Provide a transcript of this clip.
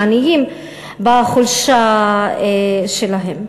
את העניים בחולשה שלהם.